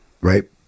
Right